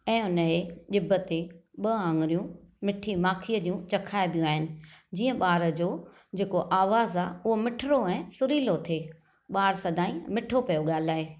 ऐं उन जी ॼिभ ते ॿ आङरियूं मिठी माखिअ जूं चाखईबियूं आहिनि जीअं ॿार जो जेको आवाज़ आहे उहो मिठिड़ो ऐं सुरीलो थे ॿार सदा ई मिठो पियो ॻाल्हाए